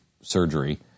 surgery